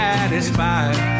Satisfied